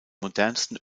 modernsten